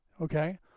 okay